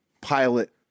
pilot